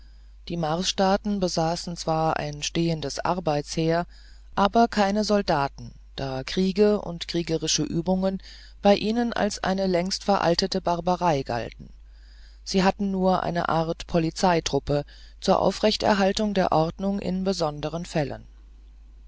die marsstaaten besaßen zwar ein stehendes arbeitsheer aber keine soldaten da kriege und kriegerische übungen bei ihnen als eine längst veraltete barbarei galten sie hatten nur eine art polizeitruppe zur aufrechterhaltung der ordnung in besonderen fällen